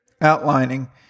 outlining